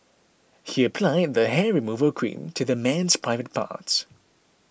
he applied the hair removal cream to the man's private parts